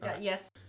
Yes